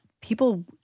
people